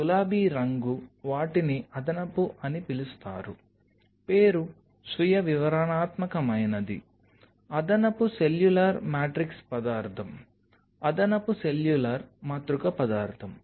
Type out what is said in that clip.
గులాబీ రంగు వాటిని అదనపు అని పిలుస్తారు పేరు స్వీయ వివరణాత్మకమైనది అదనపు సెల్యులార్ మ్యాట్రిక్స్ పదార్థం అదనపు సెల్యులార్ మాతృక పదార్థం